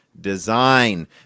design